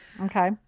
Okay